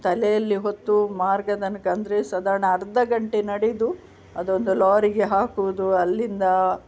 ತಲೆಯಲ್ಲಿ ಹೊತ್ತು ಮಾರ್ಗತನ್ಕ ಅಂದರೆ ಸಾಧಾರಣ ಅರ್ಧ ಗಂಟೆ ನಡೆದು ಅದೊಂದು ಲಾರಿಗೆ ಹಾಕುವುದು ಅಲ್ಲಿಂದ